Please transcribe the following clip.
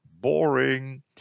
boring